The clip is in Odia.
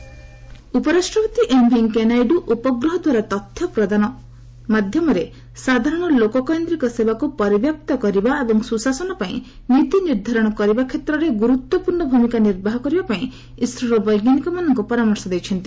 ଭିପି ଇସ୍ରୋ ଉପରାଷ୍ଟ୍ରପତି ଏମ୍ ଭେଙ୍କିୟା ନାଇଡୁ ଉପଗ୍ରହଦ୍ୱାରା ତଥ୍ୟ ପ୍ରଦାନ ମାଧ୍ୟମରେ ସାଧାରଣ ଲୋକ୍କୈନ୍ଦ୍ରିକ ସେବାକୁ ପରିବ୍ୟାପ୍ତ କରିବା ଏବଂ ସୁଶାସନ ପାଇଁ ନୀତି ନିର୍ଦ୍ଧାରଣ କରିବା କ୍ଷେତ୍ରରେ ଗୁରୁତ୍ୱପୂର୍୍ଣ ଭୂମିକା ନିର୍ବାହ କରିବାପାଇଁ ଇସ୍ରୋର ବୈଜ୍ଞାନିକମାନଙ୍କୁ ପରାମର୍ଶ ଦେଇଛନ୍ତି